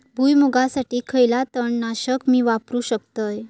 भुईमुगासाठी खयला तण नाशक मी वापरू शकतय?